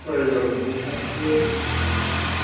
कोई गल्ल निं भी एह्